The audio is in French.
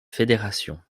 fédération